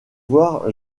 voir